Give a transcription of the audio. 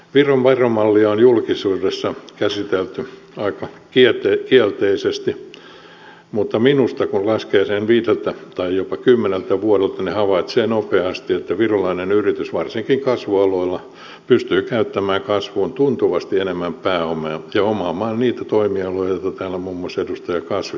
viron veromallia on julkisuudessa käsitelty aika kielteisesti mutta minusta kun laskee sen viideltä tai jopa kymmeneltä vuodelta havaitsee nopeasti että virolainen yritys varsinkin kasvualoilla pystyy käyttämään kasvuun tuntuvasti enemmän pääomaa ja omaamaan niitä toimialoja joita täällä muun muassa edustaja kasvi tässä toivoi